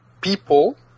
People